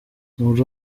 muri